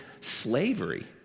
Slavery